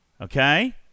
Okay